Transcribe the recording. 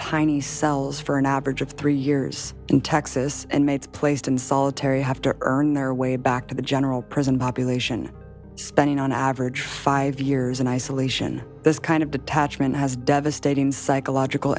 tiny cells for an average of three years in texas and maids placed in solitary have to earn their way back to the general prison population spending on average five years in isolation this kind of detachment has devastating psychological